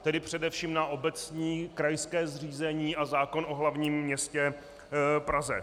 Tedy především na obecní, krajské zřízení a zákon o hlavním městě Praze.